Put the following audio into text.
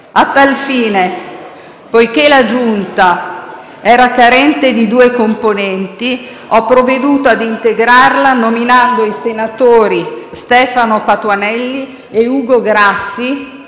A tal fine, poiché la Giunta era carente di due componenti, ho provveduto a integrarla nominando i senatori Stefano Patuanelli e Ugo Grassi,